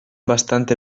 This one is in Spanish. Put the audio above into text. bastante